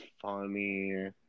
funny